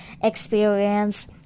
experience